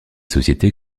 sociétés